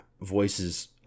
voices